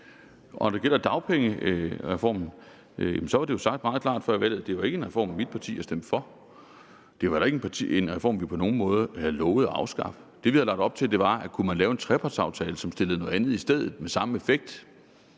sig. Når det gælder dagpengereformen, er det jo blevet sagt meget klart før valget, at det ikke var en reform, mit parti har stemt for. Det var heller ikke en reform, vi på nogen måde havde lovet at afskaffe. Det, vi havde lagt op til, var, at hvis man kunne lave en trepartsaftale, som kunne sætte noget andet i stedet med samme effekt,